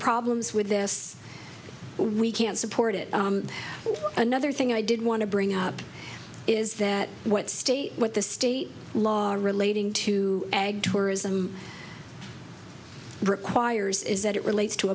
problems with this we can't support it another thing i did want to bring up is that what state what the state law relating to ag tourism requires is that it relates to